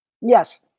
Yes